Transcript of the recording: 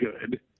good